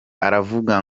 aravuga